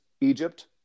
egypt